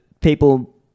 people